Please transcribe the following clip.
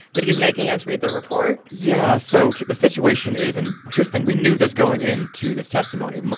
but he's making us read the report yeah. so the situation is and here's the thing. we knew this going in to this testimony. and but